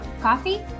coffee